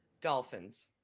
Dolphins